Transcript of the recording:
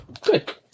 Good